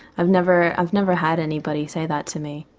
i've never i've never had anybody say that to me.